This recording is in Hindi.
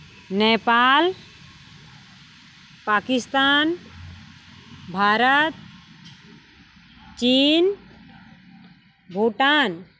नेपाल पाकिस्तान भारत चीन भूटान